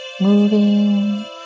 moving